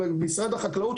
עם משרד החקלאות,